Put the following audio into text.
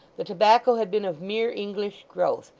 the tobacco had been of mere english growth,